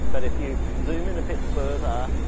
but if you zoom in a bit further,